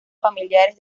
familiares